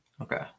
okay